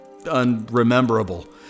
unrememberable